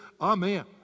Amen